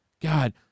God